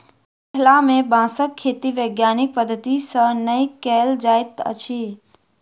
मिथिला मे बाँसक खेती वैज्ञानिक पद्धति सॅ नै कयल जाइत अछि